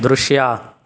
ದೃಶ್ಯ